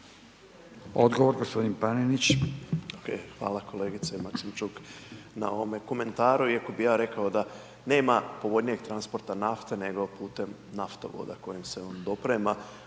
Odgovor gospodin Panenić.